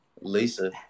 Lisa